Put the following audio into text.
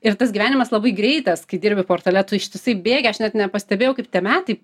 ir tas gyvenimas labai greitas kai dirbi portale tu ištisai bėgi aš net nepastebėjau kaip tie metai